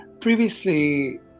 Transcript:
previously